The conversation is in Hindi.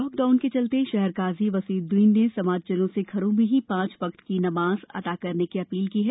लाकडाउन के चलते शहर काजी वसीउद्दीन ने समाजजनों से घरों में ही पाँचों वक्त की नमाज घरों में अदा करने की अपील की है